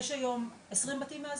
יש היום 20 בתים מאזנים,